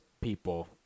people